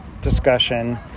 discussion